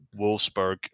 Wolfsburg